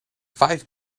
five